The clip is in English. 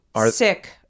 sick